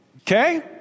Okay